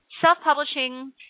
self-publishing